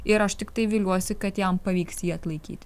ir aš tiktai viliuosi kad jam pavyks jį atlaikyt